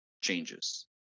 changes